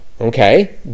Okay